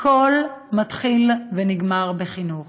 הכול מתחיל ונגמר בחינוך: